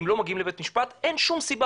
אם לא מגיעים לבית משפט אין שום סיבה